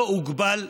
לא הוגבל.